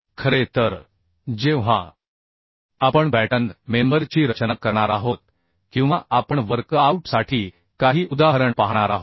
खरे तर जेव्हा आपण बॅटन मेंबर ची रचना करणार आहोत किंवा आपण वर्क आऊट साठी काही उदाहरण पाहणार आहोत